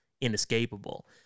inescapable